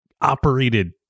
operated